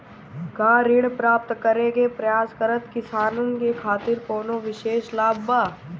का ऋण प्राप्त करे के प्रयास करत किसानन के खातिर कोनो विशेष लाभ बा